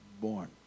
born